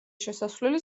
შესასვლელი